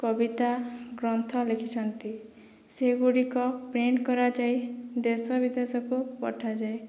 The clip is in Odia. କବିତା ଗ୍ରନ୍ଥ ଲେଖିଛନ୍ତି ସେଗୁଡ଼ିକ ପ୍ରିଣ୍ଟ କରାଯାଇ ଦେଶ ବିଦେଶକୁ ପଠାଯାଏ